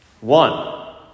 One